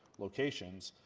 locations,